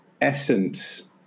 essence